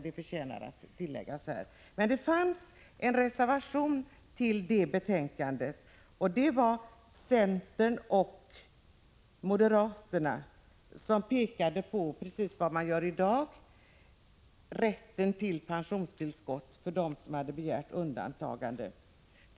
I samband med den behandlingen fanns det en reservation av centern och moderaterna, som pekade på precis detsamma som i dag, nämligen rätten till pensionstillskott för dem som hade begärt undantagande.